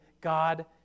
God